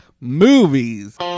movies